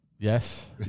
Yes